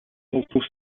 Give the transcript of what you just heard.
multiple